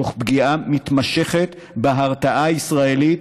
תוך פגיעה מתמשכת בהרתעה הישראלית,